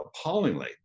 appallingly